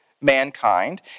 mankind